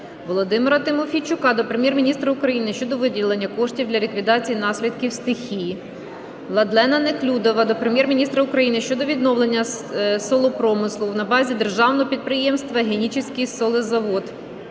Володимира Тимофійчука до Прем'єр-міністра України щодо виділення коштів для ліквідації наслідків стихії. Владлена Неклюдова до Прем'єр-міністра України щодо відновлення солепромислу на базі Державного підприємства "Генічеський солезавод".